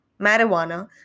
marijuana